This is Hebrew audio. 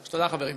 תודה, חברים.